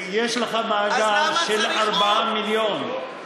יש לך מאגר של 4 מיליון,